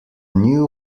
new